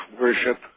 worship